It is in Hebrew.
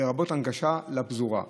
לרבות הנגשה לפזורה.